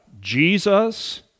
Jesus